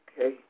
Okay